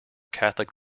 catholic